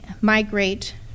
migrate